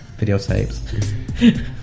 Videotapes